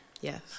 Yes